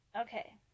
Okay